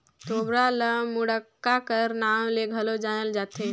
तोबरा ल मुड़क्का कर नाव ले घलो जानल जाथे